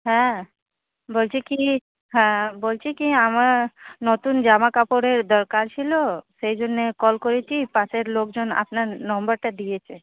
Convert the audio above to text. হ্যাঁ বলছি কি হ্যাঁ বলছি কি আমার নতুন জামাকাপড়ের দরকার ছিলো সেই জন্যে কল করেছি পাশের লোকজন আপনার নম্বরটা দিয়েছে